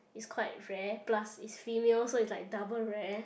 it's quite rare plus it's female so it's like double rare